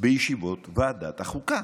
בישיבות ועדת החוקה.